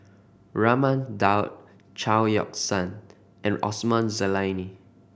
Raman Daud Chao Yoke San and Osman Zailani